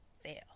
fail